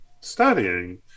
studying